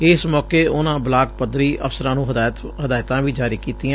ਏਸ ਮੌਕੇ ਉਨ੍ਹਾਂ ਬਲਾਕ ਪੱਧਰੀ ਅਫਸਰਾਂ ਨੂੰ ਹਦਾਇਤਾਂ ਵੀ ਜਾਰੀ ਕੀਤੀਆਂ